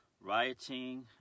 rioting